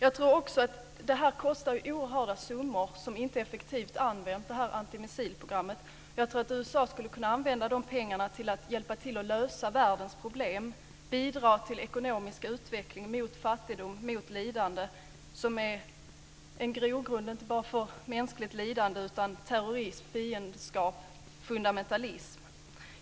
Det här antimissilprogrammet kostar också oerhörda summor som inte används effektivt. Jag tror att USA skulle kunna använda de pengarna till hjälpa till att lösa världens problem. Man skulle kunna bidra till ekonomisk utveckling mot den fattigdom som är en grogrund inte bara för mänskligt lidande utan också för terrorism, fiendskap och fundamentalism.